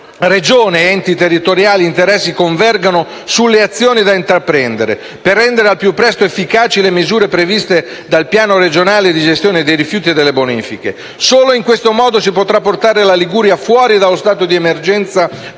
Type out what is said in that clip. Regione e enti territoriali interessati convergano sulle azioni da intraprendere, per rendere al più presto efficaci le misure previste dal Piano regionale di gestione dei rifiuti e delle bonifiche. Solo in questo modo si potrà portare la Liguria fuori dallo stato di emergenza